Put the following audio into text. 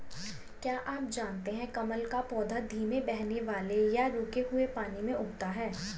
क्या आप जानते है कमल का पौधा धीमे बहने वाले या रुके हुए पानी में उगता है?